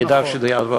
אני אדאג שזה יעבור